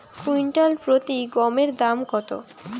Quintal প্রতি গমের দাম কত?